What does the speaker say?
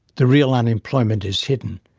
the real unemployment is hidden.